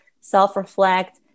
self-reflect